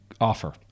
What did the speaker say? offer